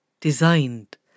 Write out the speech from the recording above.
designed